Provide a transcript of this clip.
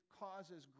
causes